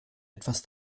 etwas